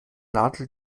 nadel